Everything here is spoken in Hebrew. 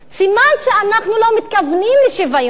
סימן שאנחנו לא מתכוונים לשוויון.